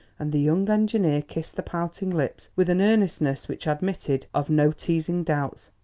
and the young engineer kissed the pouting lips with an earnestness which admitted of no teasing doubts.